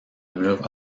mur